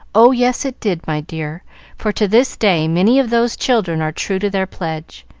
oh yes, it did, my dear for to this day many of those children are true to their pledge.